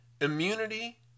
immunity